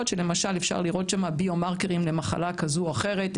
שלמשל אפשר לראות שם biomarkers למחלה כזו או אחרת,